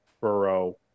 Burrow